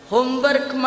Homework